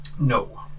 No